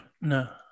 No